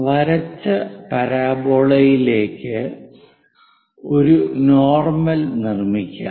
വരച്ച പരാബോളയിലേക്ക് ഒരു നോർമൽ നിർമ്മിക്കാം